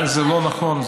זה לא נכון.